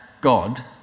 God